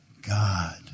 God